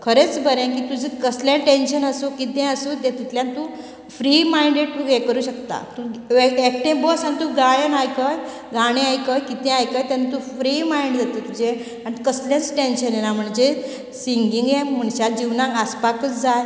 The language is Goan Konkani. खरेंच बरे की तुजें कसलेंच टेंन्शन आसूं किते आसूं तेतूंतल्यान तूं फ्री मांयडेड तूं हे करूं शकता तूं एकटे बस आनी तूं गायन आयकय गाणे आयकय कितेंय आयकय तेन्ना तूं फ्री मांयड जाता तुजे आनी कसलेंच टेंन्शन येना म्हणजे सिंगींग हे मनशां जिवनांतन आसपाकूच जाय